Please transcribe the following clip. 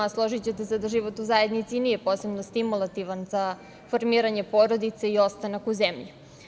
Složićete se da život u zajednici nije posebno stimulativan za formiranje porodice i ostanak u zemlji.